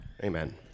Amen